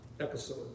episode